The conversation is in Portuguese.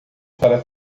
para